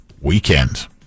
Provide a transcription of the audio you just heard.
Weekend